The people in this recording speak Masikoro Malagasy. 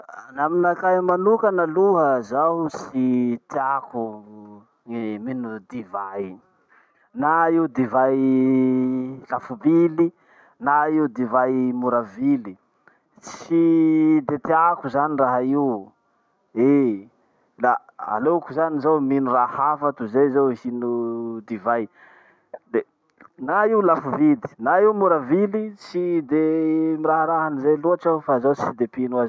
Naminakahy manokana aloha zaho tsy tiako ny mino divay. Na io divay lafo vily, na io divay mora vily. Tsy de tiako zany raha io. La aleoko zany zaho mino raha hafa tozay zaho hino divay. De na io lafo vidy, na io mora vily, tsy de miraharaha anizay loatsy aho fa zaho tsy de mpino azy.